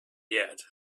yet